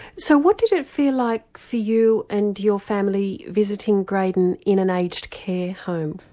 so what did it feel like for you and your family visiting grayden in an aged care home?